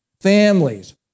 families